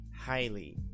highly